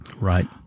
Right